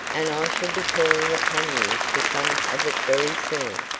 and i shall be calling upon you for some of it very soon.